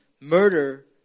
murder